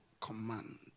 command